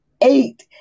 eight